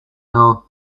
know